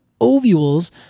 ovules